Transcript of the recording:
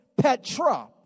Petra